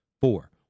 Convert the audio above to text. Four